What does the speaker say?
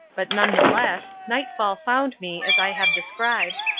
but none the less nightfall found me, as i have described,